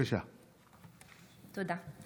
תודה.